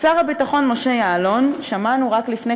את שר הביטחון משה יעלון שמענו רק לפני